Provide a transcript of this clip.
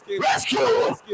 Rescue